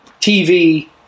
TV